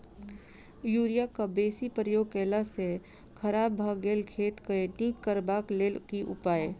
Urea केँ बेसी प्रयोग केला सऽ खराब भऽ गेल खेत केँ नीक करबाक लेल की उपाय?